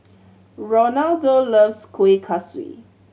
Ronaldo loves Kuih Kaswi